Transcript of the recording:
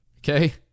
Okay